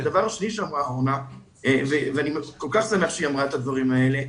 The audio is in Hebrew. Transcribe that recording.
הדבר השני שאורנה אמרה ואני כל כך שמח שהיא אמרה את הדברים האלה.